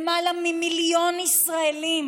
למעלה ממיליון ישראלים,